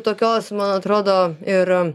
tokios man atrodo ir